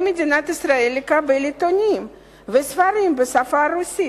מדינת ישראל לקבל עיתונים וספרים בשפה הרוסית,